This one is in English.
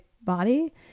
body